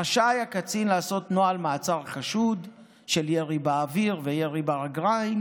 רשאי הקצין לעשות נוהל מעצר חשוד של ירי באוויר וירי ברגליים,